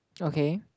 okay